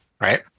right